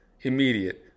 immediate